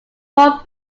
more